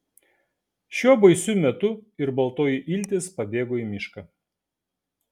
šiuo baisiu metu ir baltoji iltis pabėgo į mišką